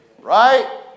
Right